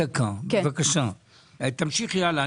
תמשיכי הלאה,